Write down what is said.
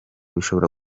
bishobora